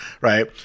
Right